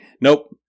Nope